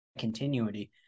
continuity